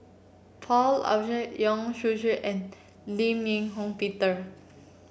Paul Abishe Yong Shu Shoong and Lim Eng Hock Peter